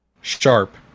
sharp